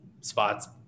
spots